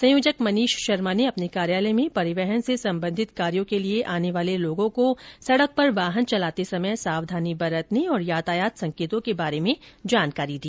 संयोजक मनीष शर्मा ने अपने कार्यालय में परिवहन से सम्बंधित कार्यों के लिए आने वाले लोगों को सड़क पर वाहन चलाते समय सावधानी बरतने और यातायात संकेतों के बारे में जानकारी दी